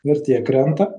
vertė krenta